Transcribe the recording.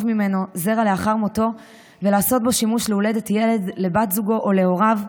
ממנו זרע לאחר מותו ולעשות בו שימוש להולדת ילד לבת זוגו או להוריו,